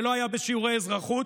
שלא היה בשיעורי אזרחות.